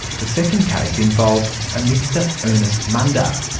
the second case involved a mr ernest munda.